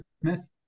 Smith